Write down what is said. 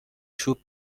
چوب